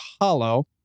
hollow